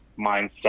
mindset